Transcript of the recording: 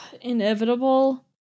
Inevitable